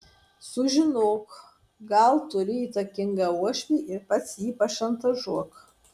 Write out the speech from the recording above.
sužinok gal turi įtakingą uošvį ir pats jį pašantažuok